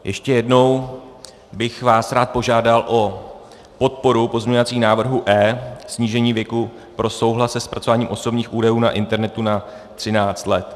Ještě jednou bych vás rád požádal o podporu pozměňovacího návrhu E, snížení věku pro souhlas se zpracováním osobních údajů na internetu na 13 let.